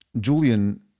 Julian